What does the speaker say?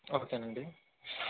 ఓకేనండి